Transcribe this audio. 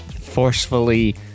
Forcefully